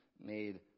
made